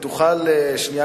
אם תוכל שנייה,